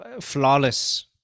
flawless